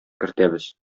кертәбез